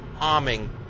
arming